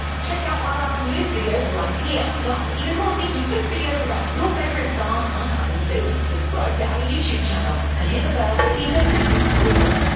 check out one of our newest videos right here! plus, even more nicki swift videos about your favorite stars are coming soon. subscribe to our youtube channel and hit the bell so you don't miss a single one.